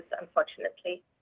unfortunately